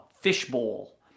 fishbowl